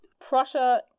Prussia